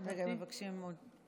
רגע, מבקשים עוד.